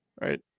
Right